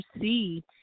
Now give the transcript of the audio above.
see